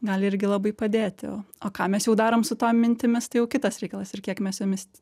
gali irgi labai padėti o o ką mes jau darom su tom mintimis tai jau kitas reikalas ir kiek mes jomis